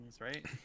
right